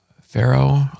Pharaoh